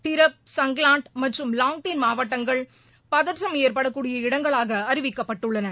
திரப் சங்லாண்ட் மற்றும் லாங்தின் மாவட்டங்கள் பதற்றம் ஏற்படக்கூடிய இடங்களாக அறிவிக்கப்பட்டுள்ளன